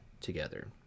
together